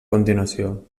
continuació